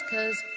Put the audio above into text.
Cause